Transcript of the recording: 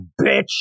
bitch